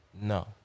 No